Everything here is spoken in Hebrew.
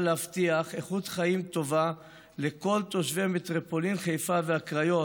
להבטיח איכות חיים טובה לכל תושבי מטרופולין חיפה והקריות,